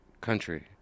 country